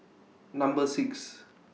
Number six